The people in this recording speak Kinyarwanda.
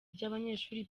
ry’abanyeshuri